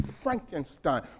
Frankenstein